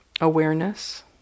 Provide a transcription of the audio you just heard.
awareness